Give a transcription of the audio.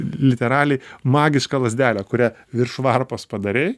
literaliai magiška lazdelė kurią virš varpos padarei